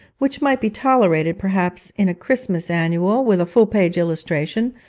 which might be tolerated perhaps in a christmas annual, with a full-page illustration,